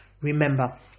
Remember